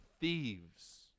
thieves